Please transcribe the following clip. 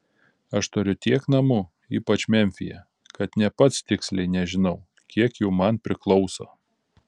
aš turiu tiek namų ypač memfyje kad nė pats tiksliai nežinau kiek jų man priklauso